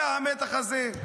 היה המתח הזה.